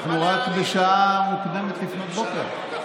אנחנו רק בשעה מוקדמת לפנות בוקר.